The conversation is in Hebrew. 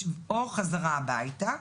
או חזרה הביתה.